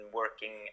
working